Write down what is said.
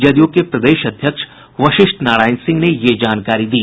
जदयू के प्रदेश अध्यक्ष वशिष्ठ नारायण सिंह ने यह जानकारी दी